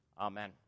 Amen